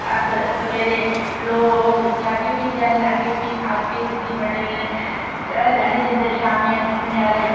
अस सवेरे लो होग जाह्गे फ्ही ध्याड़ी लागे फ्ही खागे रुट्टी बड्डे बैल्लै छड़ी लाने जंदे शाम्मी आह्नियै बचैरे